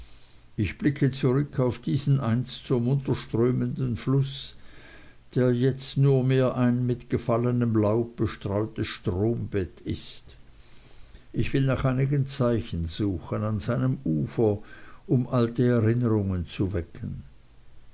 ich blicke zurück auf diesen einst so munter strömenden fluß der jetzt nur mehr ein mit gefallenem laub bestreutes strombett ist ich will nach einigen zeichen suchen an seinem ufer um alte erinnerungen zu wecken